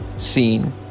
seen